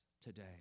today